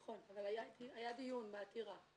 נכון, אבל היה דיון בעתירה.